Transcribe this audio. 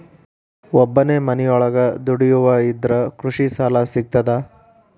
ಒಬ್ಬನೇ ಮನಿಯೊಳಗ ದುಡಿಯುವಾ ಇದ್ರ ಕೃಷಿ ಸಾಲಾ ಸಿಗ್ತದಾ?